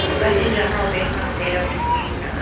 but in general, based on the data we've seen,